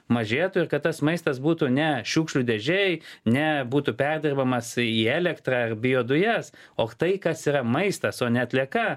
mažėtų ir kad tas maistas būtų ne šiukšlių dėžėj ne būtų perdirbamas į elektrą biodujas o tai kas yra maistas o ne atlieka